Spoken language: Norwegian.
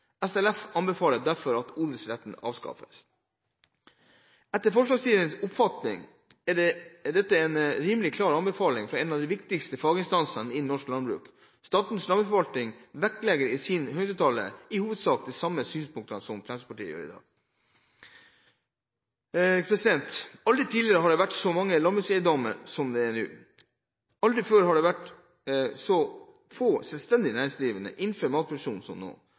SLF anbefaler derfor at odelsretten avskaffes.» Etter forslagsstillernes oppfatning er dette en rimelig klar anbefaling fra en av de viktigste faginstansene innen norsk landbruk. Statens landbruksforvaltning vektlegger i sin høringsuttalelse i hovedsak de samme synspunktene som Fremskrittspartiet gjør i dag. Aldri tidligere har det vært så mange landbrukseiendommer som det er nå. Aldri før har det vært så få selvstendig næringsdrivende innenfor matproduksjon som nå.